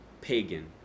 pagan